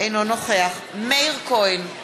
אינו נוכח מאיר כהן,